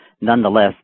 Nonetheless